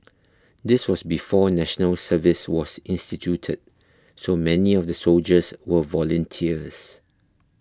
this was before National Service was instituted so many of the soldiers were volunteers